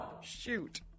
Shoot